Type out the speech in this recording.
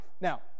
Now